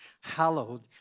hallowed